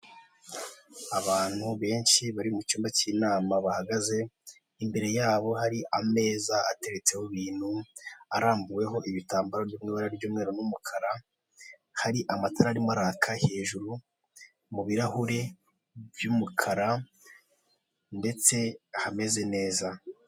Abantu benshi bari mu cyumba cy'inama bahagaze, imbere yabo hari ameza ateretseho ibintu, arambuweho ibitambaro biri mu ibara ry'umweru n'umukara, hari amatara arimo araka hejuru, mu birahure by'umukara ndetse hameze neza.